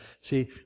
See